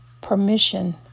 permission